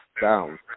down